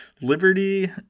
Liberty